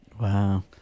Wow